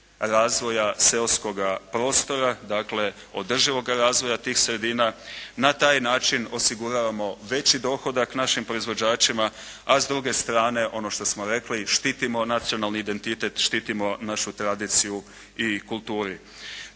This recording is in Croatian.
razvoja seoskoga prostora, dakle održivoga razvoja tih sredina, na taj način osiguravamo veći dohodak našim proizvođačima, a s druge strane ono što smo rekli, štitimo nacionalni identitet, štitimo našu tradiciju i kulturu.